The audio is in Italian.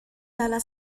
dalla